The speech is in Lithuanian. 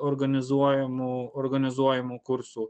organizuojamų organizuojamų kursų